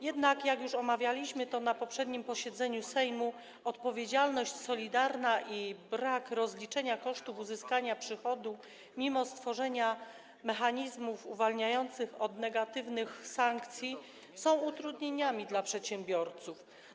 Jednak - jak już omawialiśmy to na poprzednim posiedzeniu Sejmu - odpowiedzialność solidarna i brak rozliczenia kosztów uzyskania przychodu, mimo stworzenia mechanizmów uwalniających od negatywnych sankcji, są utrudnieniami dla przedsiębiorców.